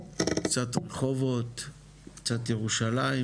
קצת רחובות,